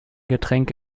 getränk